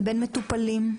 לבין מטופלים,